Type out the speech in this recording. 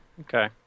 okay